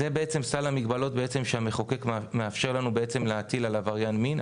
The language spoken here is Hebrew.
זה בעצם סל המגבלות שהמחוקק מאפשר לנו להטיל על עבריין מין.